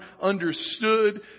understood